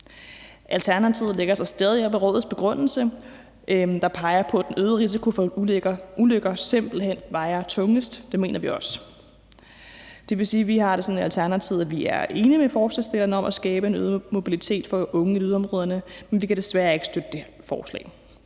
Alternativet lægger sig stadig op ad rådets begrundelse, der peger på, at den øgede risiko for ulykker simpelt hen vejer tungest. Det mener vi også. Det vil sige, at vi har det sådan i Alternativet, at vi er enige med forslagsstillerne i forhold til at skabe en øget mobilitet for unge i yderområderne, men vi kan desværre ikke støtte det her forslag.